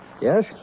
Yes